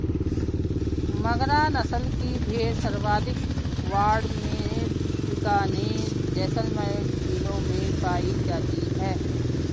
मगरा नस्ल की भेड़ सर्वाधिक बाड़मेर, बीकानेर, जैसलमेर जिलों में पाई जाती है